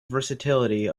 versatility